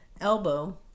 elbow